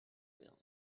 wheel